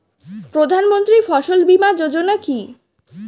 প্রধানমন্ত্রী ফসল বীমা যোজনা কি?